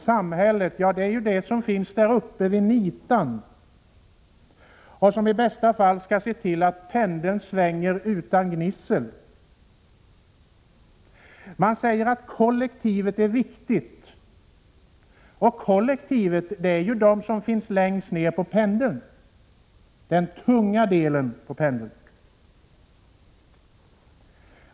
Samhället är ju de som finns där uppe vid ”nitan” och som i bästa fall skall se till att pendeln svänger utan gnissel. Man säger att kollektivet är viktigt. Kollektivet är ju de som finns längst ner på pendeln, den tunga delen på pendeln.